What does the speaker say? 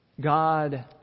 God